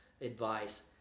advice